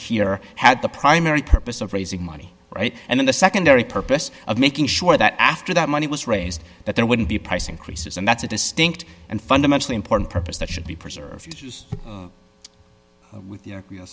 here had the primary purpose of raising money right and then the secondary purpose of making sure that after that money was raised that there wouldn't be price increases and that's a distinct and fundamentally important purpose that should be preserved